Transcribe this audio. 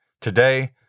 Today